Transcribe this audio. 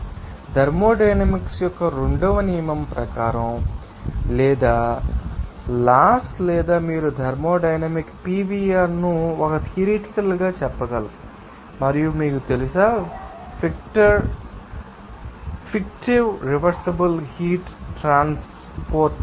కాబట్టి థర్మోడైనమిక్స్ యొక్క రెండవ నియమం ప్రకారం లేదా మీకు తెలుసా లాస్ లేదా మీరు థర్మోడైనమిక్ PVR ను ఒక థియరిటికల్ చెప్పగలరు మరియు మీకు తెలుసా ఫిక్టీవ్ రివర్సిబుల్ హీట్ ట్రాన్స్పోర్ట్